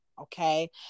okay